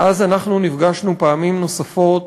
ואז נפגשנו פעמים נוספות